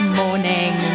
morning